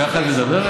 ככה את מדברת?